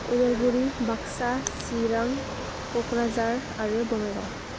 उदालगुरि बाक्सा चिरां क'क्राझार आरो बङाइगाव